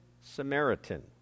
Samaritan